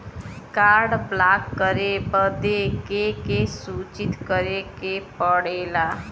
Card block करे बदी के के सूचित करें के पड़ेला?